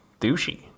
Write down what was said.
douchey